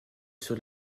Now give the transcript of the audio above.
sur